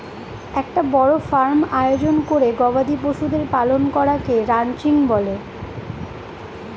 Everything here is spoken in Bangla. একটা বড় ফার্ম আয়োজন করে গবাদি পশুদের পালন করাকে রানচিং বলে